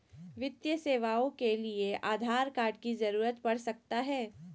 वित्तीय सेवाओं के लिए आधार कार्ड की जरूरत पड़ सकता है?